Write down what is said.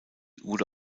wurde